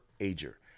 ager